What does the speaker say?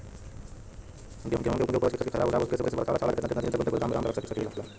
हम गेहूं के उपज खराब होखे से बचाव ला केतना दिन तक गोदाम रख सकी ला?